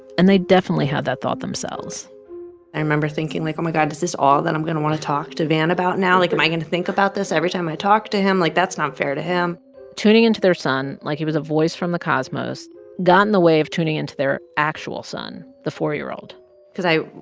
and they definitely had that thought themselves i remember thinking like, oh, my god, is this all that i'm going to want to talk to van about now? like, am to think about this every time i talk to him? like, that's not fair to him tuning into their son like he was a voice from the cosmos got in the way of tuning into their actual son, the four year old because i,